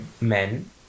men